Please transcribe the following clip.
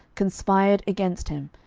conspired against him,